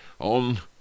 on